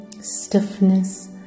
stiffness